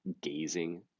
gazing